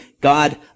God